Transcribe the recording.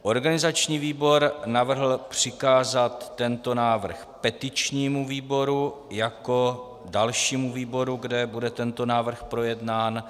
Organizační výbor navrhl přikázat tento návrh petičnímu výboru jako dalšímu výboru, kde bude tento návrh projednán.